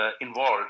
involved